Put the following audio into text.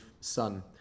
Sun